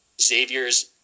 xavier's